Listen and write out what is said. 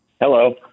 Hello